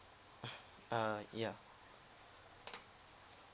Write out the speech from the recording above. err yeah